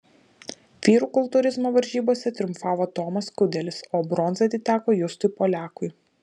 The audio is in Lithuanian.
vyrų kultūrizmo varžybose triumfavo tomas kudelis o bronza atiteko justui poliakui